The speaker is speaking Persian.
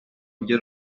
میگه